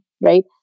right